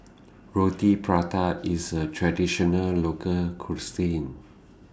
Roti Prata IS A Traditional Local Cuisine